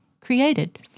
created